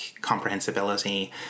comprehensibility